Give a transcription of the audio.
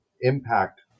impact